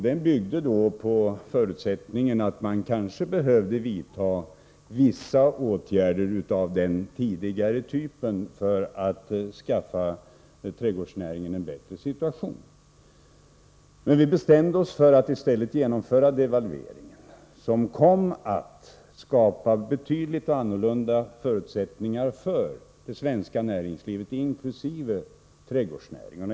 Den byggde på förutsättningen att man kanske behövde vidta vissa åtgärder av den tidigare typen för att skaffa trädgårdsnäringen en bättre situation. Men vi bestämde oss för att i stället genomföra devalveringen, som kom att skapa betydligt annorlunda förutsättningar för det svenska näringslivet, inkl. trädgårdsnäringen.